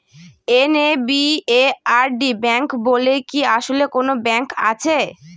NABARD bank বলে কি আসলেই কোনো ব্যাংক আছে?